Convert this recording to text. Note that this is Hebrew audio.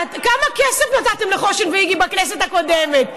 כמה כסף נתתם לחוש"ן ואיגי בכנסת הקודמת?